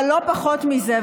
אבל לא פחות מזה,